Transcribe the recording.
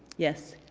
yes,